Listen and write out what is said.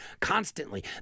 constantly